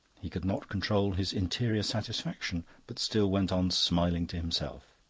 he could not control his interior satisfaction, but still went on smiling to himself.